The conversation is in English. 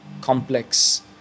complex